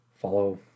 Follow